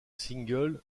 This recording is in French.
single